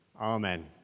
Amen